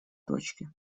точки